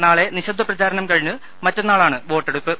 നാളെ നിശബ്ദ പ്രചാരണം കഴിഞ്ഞ് മറ്റന്നാളാണ് വോട്ടെടുപ്പ്